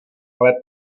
ale